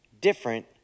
different